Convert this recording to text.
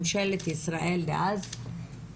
ממשלת ישראל דאז,